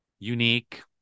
unique